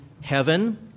heaven